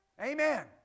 Amen